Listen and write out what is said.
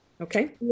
Okay